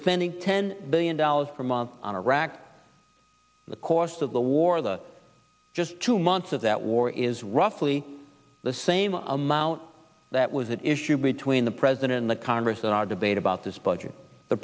spending ten billion dollars per month on iraq the cost of the war the just two months of that war is roughly the same amount that was that issue between the president and the congress and our debate about this budget the